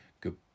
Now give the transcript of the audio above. good